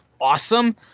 awesome